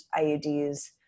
IUDs